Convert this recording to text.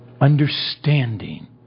understanding